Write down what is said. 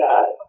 God